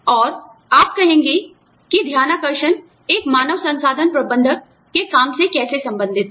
और आप कहेंगे कि ध्यानाकर्षण एक मानव संसाधन प्रबंधक के काम से कैसे संबंधित है